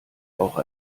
auch